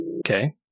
Okay